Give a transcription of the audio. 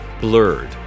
blurred